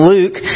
Luke